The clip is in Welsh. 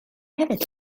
hefyd